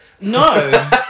No